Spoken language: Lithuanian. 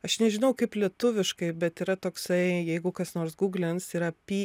aš nežinau kaip lietuviškai bet yra toksai jeigu kas nors gūglins yra pi